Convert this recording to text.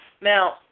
Now